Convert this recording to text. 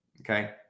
okay